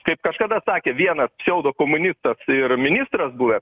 kaip kažkada sakė vienas pseudokomunistas ir ministras buvęs